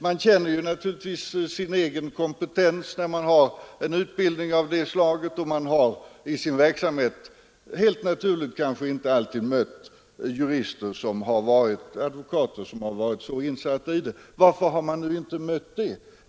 Man känner naturligtvis sin egen kompetens, när man har en utbildning av det slaget, och man har helt naturligt i sin verksamhet kanske inte mött personer som varit så insatta i rättsliga frågor. Varför har man inte mött sådana?